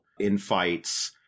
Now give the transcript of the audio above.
infights